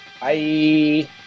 Bye